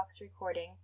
recording